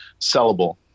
sellable